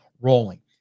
rolling